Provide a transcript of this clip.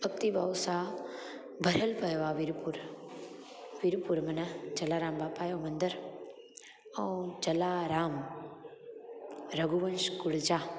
भक्ति भाव सां भरियल पियो आहे वीरपुर वीरपुर माना जलाराम बापा जो मंदर ऐं जलाराम रघुवंश कुल जा